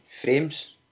frames